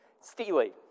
Steely